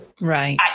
right